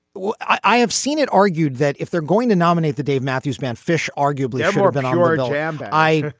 well, i have seen it argued that if they're going to nominate the dave matthews band, phish arguably have more of and an ah idol. and i.